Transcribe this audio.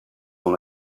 dans